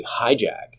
hijack